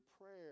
prayer